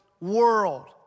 world